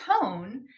tone